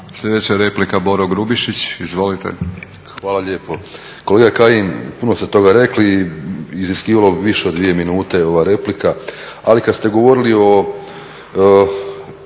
Sljedeća replika Boro Grubišić. Izvolite. **Grubišić, Boro (HDSSB)** Hvala lijepo. Kolega Kajin, puno ste toga rekli i iziskivalo bi više od dvije minute ova replika. Ali kad ste govorili o